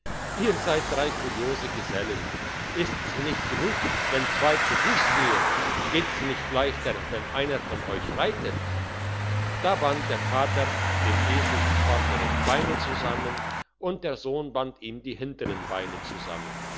ihr seid drei kuriose gesellen ist's nicht genug wenn zwei zu fuss gehen geht's nicht leichter wenn einer von euch reitet da band der vater dem esel die vordern beine zusammen und der sohn band ihm die hintern beine zusammen